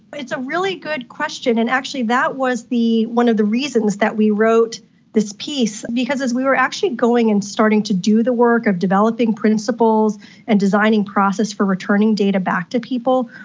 but it's a really good question, and actually that was one of the reasons that we wrote this piece because as we were actually going and starting to do the work of developing principles and designing process for returning data back to people,